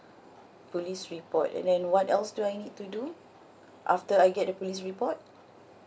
police report and then what else do I need to do after I get a police report